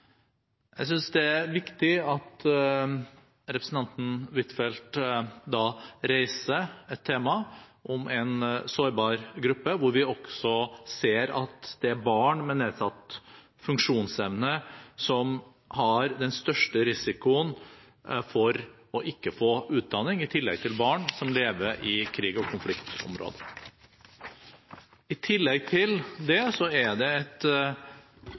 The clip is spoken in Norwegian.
Jeg synes det er viktig at representanten Huitfeldt reiser et tema om en sårbar gruppe, og vi ser at det er barn med nedsatt funksjonsevne, i tillegg til barn som lever i krigs- og konfliktområder, som har den største risikoen for ikke å få utdanning. I tillegg til det er det et